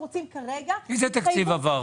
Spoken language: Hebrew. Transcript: איזה תקציב עבר?